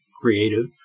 creative